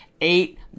eight